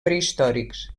prehistòrics